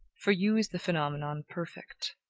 for you is the phenomenon perfect.